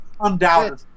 undoubtedly